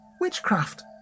witchcraft